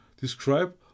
describe